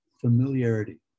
familiarity